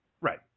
Right